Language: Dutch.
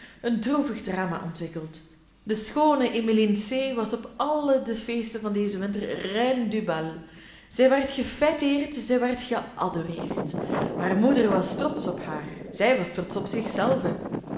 een droevig drama ontwikkeld de schoone emmeline c was op alle de feesten van dezen winter reine du bal zij werd gefêteerd zij werd geadoreerd hare moeder was trotsch op haar zij was trotsch op